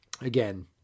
again